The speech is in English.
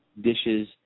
dishes